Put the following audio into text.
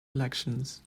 elections